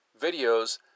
videos